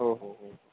हो हो हो